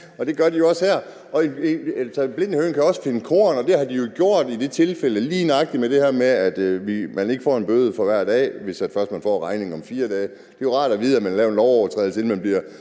det gør de jo også her. Blind høne kan også finde korn, og det har de jo gjort i det tilfælde lige nøjagtig med det her, at man ikke får en bøde for hver dag, hvis man først får regningen om 4 dage. Det er jo rart at vide, at man har lavet en lovovertrædelse, inden man får